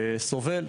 וסובל,